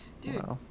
Dude